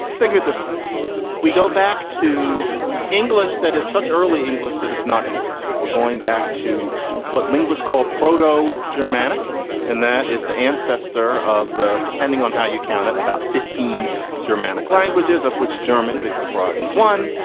think of it this way we go back to english. that is such early english that it's not english. we're going back to what linguist called prato germanic and that is the ancestor of depending on how you count it. about fifteen germanic languages of which german big surprise is one.